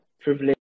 privilege